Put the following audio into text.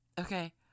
okay